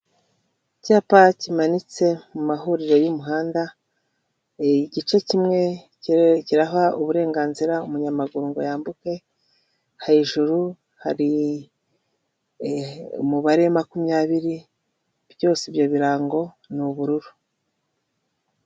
Icyapa kimanitse mu mahuriro y'umuhanda, igice kimwe kiraha uburenganzira umunyamaguru ngo yambuke, hejuru hari umubare makumyabiri, byose ibyo birango ni ubururu.